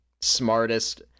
smartest